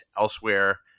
elsewhere